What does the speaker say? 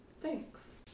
Thanks